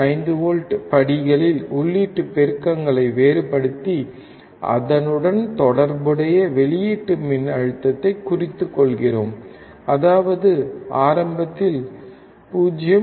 5 volt படிகளில் உள்ளீட்டு பெருக்கங்களை வேறுபடுத்தி அதனுடன் தொடர்புடைய வெளியீட்டு மின்னழுத்தத்தைக் குறித்துக் கொள்கிறோம் அதாவது ஆரம்பத்தில் 0